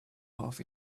half